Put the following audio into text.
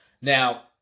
Now